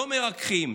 לא מרככים,